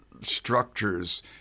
structures